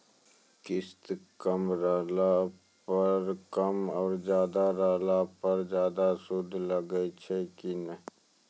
किस्त कम रहला पर कम और ज्यादा रहला पर ज्यादा सूद लागै छै कि नैय?